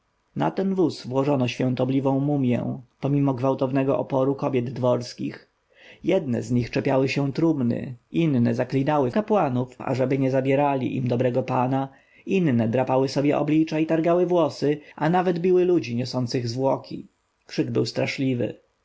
na ten wóz włożono świątobliwą mumję pomimo gwałtownego oporu kobiet dworskich jedne z nich czepiały się trumny inne zaklinały kapłanów ażeby nie zabierali im dobrego pana inne drapały sobie oblicza i targały włosy a nawet biły ludzi niosących zwłoki krzyk był straszliwy